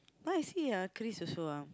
but you see ah Chris also ah